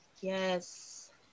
Yes